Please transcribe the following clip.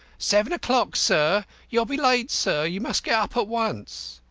seven o'clock, sir. you'll be late, sir. you must get up at once.